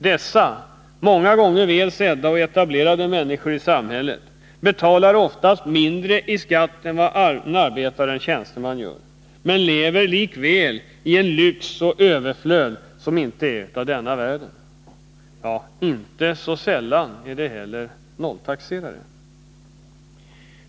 Dessa, många gånger väl sedda och etablerade människor, betalar oftast mindre i skatt än arbetare och tjänstemän men lever likväl i en lyx och ett överflöd som inte är av denna världen. Inte så sällan är de nolltaxerare.